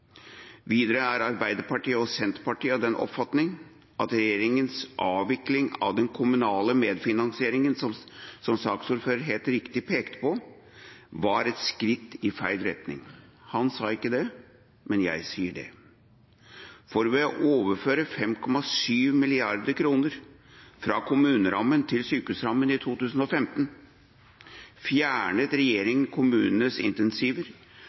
Videre er Arbeiderpartiet og Senterpartiet av den oppfatning at regjeringens avvikling av den kommunale medfinansieringen, som saksordføreren helt riktig pekte på, var et skritt i feil retning. Han sa ikke det, men jeg sier det. Ved å overføre 5,7 mrd. kr fra kommunerammen til sykehusrammen i 2015 fjernet regjeringen kommunenes